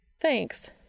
Thanks